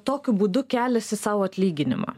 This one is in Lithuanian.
tokiu būdu keliasi sau atlyginimą